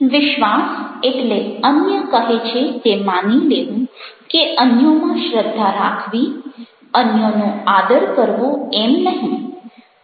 વિશ્વાસ એટલે અન્ય કહે છે તે માની લેવું કે અન્યોમાં શ્રદ્ધા રાખવી અન્યોનો આદર કરવો એમ નહીં